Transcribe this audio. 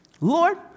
Lord